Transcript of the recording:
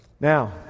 Now